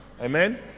amen